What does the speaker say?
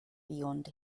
beyond